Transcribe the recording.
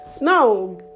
Now